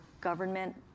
government